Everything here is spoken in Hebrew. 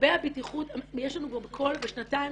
לגבי הבטיחות יש לנו בשנתיים-שלוש,